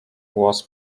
was